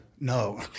No